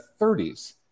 30s